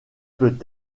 peut